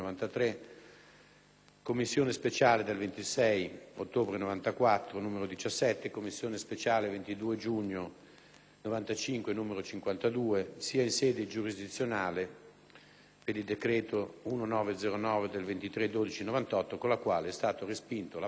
commissione speciale del 26 ottobre 1994, n. 17, commissione speciale 22 giugno 1995, n. 52), sia in sede giurisdizionale (decreto n. 1909 del 23 dicembre 1998, con il quale è stato respinto l'appello